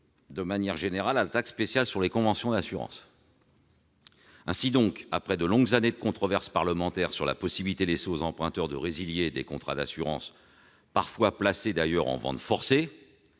de manière générale, à la taxe spéciale sur les conventions d'assurance. Ainsi, après de longues années de controverse parlementaire sur la possibilité laissée aux emprunteurs de résilier des contrats d'assurance parfois placés en vente forcée